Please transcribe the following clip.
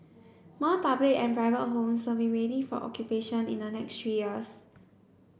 more public and private homes will be ready for occupation in the next three years